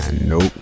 nope